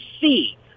see